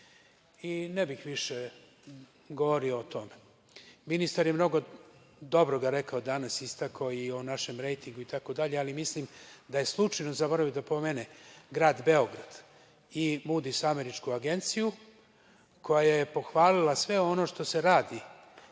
Ne bih više govorio o tome. Ministar je mnogo dobrog rekao danas. Istakao je i o našem rejtingu itd, ali mislim da je slučajno zaboravio da pomene grad Beograd i „Mudis“ američku agenciju, koja je pohvalila sve ono što se radi